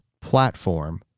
platform